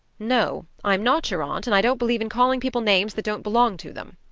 no. i'm not your aunt and i don't believe in calling people names that don't belong to them.